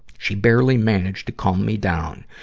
she barely managed to calm me down.